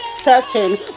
searching